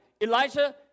Elijah